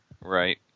Right